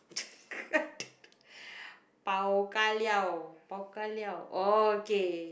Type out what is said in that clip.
I don't know Bao Ka Liao